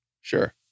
Sure